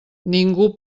ningú